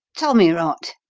tommy rot!